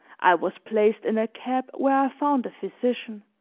i was placed in a cab where i found a physician.